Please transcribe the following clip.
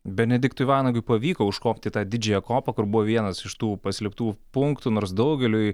benediktui vanagui pavyko užkopt į tą didžiąją kopą kur buvo vienas iš tų paslėptų punktų nors daugeliui